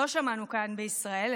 לא שמענו כאן בישראל,